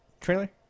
trailer